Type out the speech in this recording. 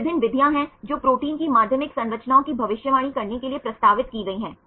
तो विभिन्न विधियां हैं जो प्रोटीन की माध्यमिक संरचनाओं की भविष्यवाणी करने के लिए प्रस्तावित की गई हैं